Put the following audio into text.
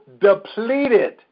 depleted